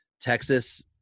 Texas